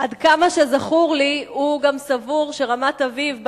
עד כמה שזכור לי הוא סבור שגם רמת-אביב,